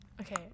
Okay